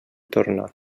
tornar